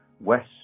west